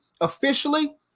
officially